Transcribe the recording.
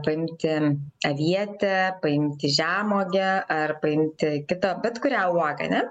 paimti avietę paimti žemuogę ar paimti kitą bet kurią uogą ar ne